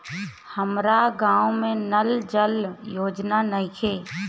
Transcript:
हमारा गाँव मे नल जल योजना नइखे?